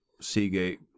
Seagate